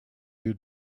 you